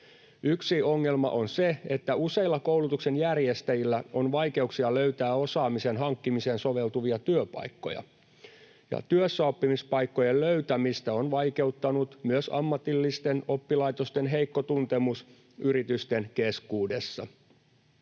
Yksi ongelma on se, että useilla koulutuksen järjestäjillä on vaikeuksia löytää osaamisen hankkimiseen soveltuvia työpaikkoja. Työssäoppimispaikkojen löytämistä on vaikeuttanut myös ammatillisten oppilaitosten heikko tuntemus yritysten keskuudessa.